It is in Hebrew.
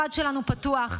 המשרד שלנו פתוח.